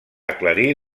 aclarir